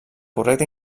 correcta